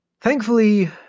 Thankfully